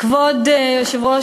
כבוד היושב-ראש,